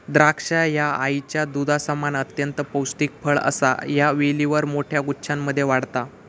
द्राक्षा ह्या आईच्या दुधासमान अत्यंत पौष्टिक फळ असा ह्या वेलीवर मोठ्या गुच्छांमध्ये वाढता